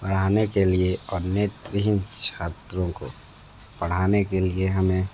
पढ़ाने के लिए और नेत्रहीन छात्रों को पढ़ाने के लिए हमें